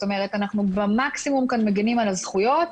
אנחנו מגנים כאן במקסימום על הזכויות,